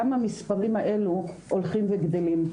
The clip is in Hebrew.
גם המספרים האלו הולכים וגדלים.